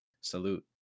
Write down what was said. Salute